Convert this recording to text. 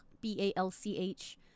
B-A-L-C-H